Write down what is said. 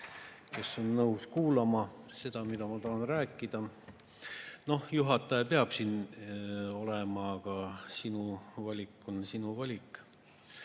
kes on nõus kuulama seda, mida ma tahan rääkida! Juhataja peab siin olema, kuid sinu valik on sinu valik.